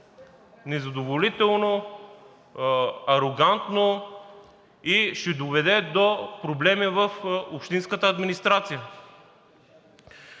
незадоволително, арогантно и ще доведе до проблеми в общинската администрация.